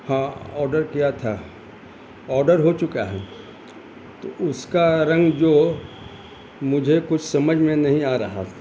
ہاں آڈر کیا تھا آڈر ہو چکا ہے تو اس کا رنگ جو مجھے کچھ سمجھ میں نہیں آ رہا